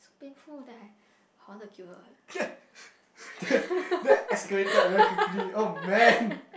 so painful then I I wanted to kill her eh